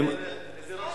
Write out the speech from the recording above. אם אתה באמת